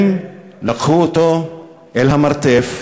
הם לקחו אותו אל המרתף,